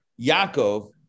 Yaakov